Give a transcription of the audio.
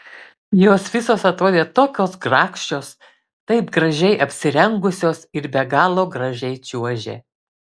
jos visos atrodė tokios grakščios taip gražiai apsirengusios ir be galo gražiai čiuožė